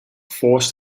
forced